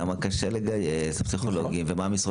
כמה קשה לגייס פסיכולוגים ומה המשרות